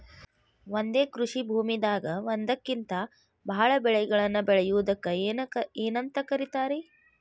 ಒಂದೇ ಕೃಷಿ ಭೂಮಿದಾಗ ಒಂದಕ್ಕಿಂತ ಭಾಳ ಬೆಳೆಗಳನ್ನ ಬೆಳೆಯುವುದಕ್ಕ ಏನಂತ ಕರಿತಾರೇ?